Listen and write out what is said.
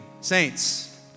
saints